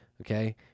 Okay